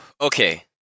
okay